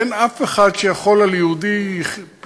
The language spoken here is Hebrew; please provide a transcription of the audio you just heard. אין אף אחד שיכול על יהודי פיקח,